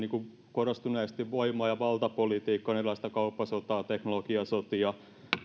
korostuneesti voima ja valtapolitiikka on erilaista kauppasotaa teknologiasotia